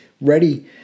ready